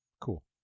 cool